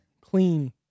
clean